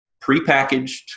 prepackaged